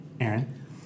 Aaron